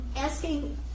Asking